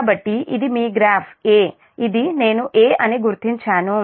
కాబట్టి ఇది మీ గ్రాఫ్ 'A' ఇది నేను 'ఎ' అని గుర్తించాను